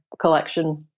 collection